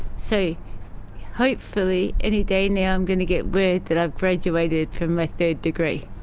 so hopefully any day now i'm going to get word that i've graduated from my third degree.